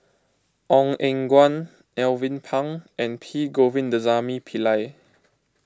Ong Eng Guan Alvin Pang and P Govindasamy Pillai